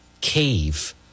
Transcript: cave